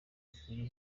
akuye